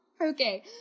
Okay